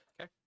Okay